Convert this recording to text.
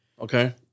Okay